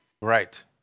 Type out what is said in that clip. Right